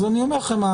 אני אומר לכם,